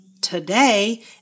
today